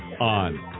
on